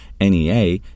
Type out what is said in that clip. NEA